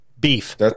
Beef